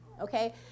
Okay